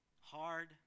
hard